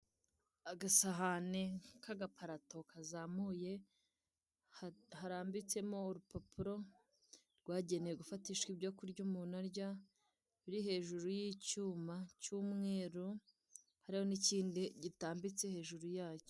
Agasahane k'agaparato kazamuye harambitsemo urupapuro, rwagenewe gufatishwa ibyo kurya umuntu arya, biri hejuru y'icyuma cy'umweru, hariho n'ikindi gitambitse hejuru yacyo.